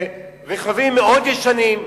רכבים מאוד ישנים.